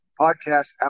podcast